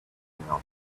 anything